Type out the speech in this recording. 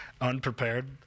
Unprepared